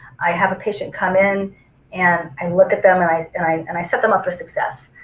i have a patient come in and i look at them and i and i and i set them up for success.